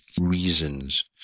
reasons